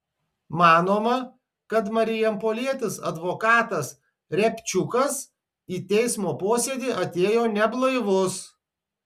manoma kad marijampolietis advokatas riabčiukas į teismo posėdį atėjo neblaivus